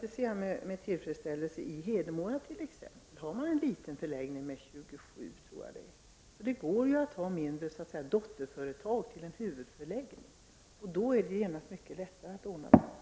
Jag ser med tillfredsställelse att man i t.ex. Hedemora har prövat en liten förläggning med ungefär 27 platser. Det går ju att ha mindre s.k. dotterföretag till en huvudförläggning. Då är det genast mycket lättare att ordna med platser.